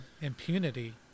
impunity